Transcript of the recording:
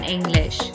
English